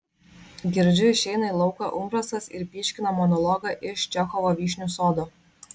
girdžiu išeina į lauką umbrasas ir pyškina monologą iš čechovo vyšnių sodo